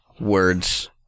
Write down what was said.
words